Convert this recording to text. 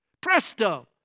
Presto